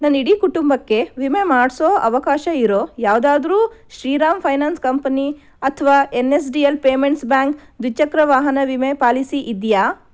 ನನ್ನ ಇಡೀ ಕುಟುಂಬಕ್ಕೆ ವಿಮೆ ಮಾಡಿಸೋ ಅವಕಾಶ ಇರೋ ಯಾವುದಾದರೂ ಶ್ರೀರಾಂ ಫೈನಾನ್ಸ್ ಕಂಪನಿ ಅಥವಾ N S D L payments bank ದ್ವಿಚಕ್ರ ವಾಹನ ವಿಮೆ ಪಾಲಿಸಿ ಇದೆಯಾ